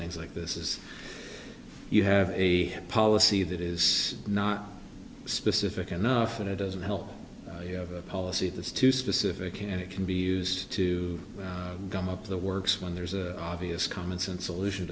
things like this is you have a policy that is not specific enough and it doesn't help you have a policy that's too specific and it can be used to gum up the works when there's a obvious common sense solution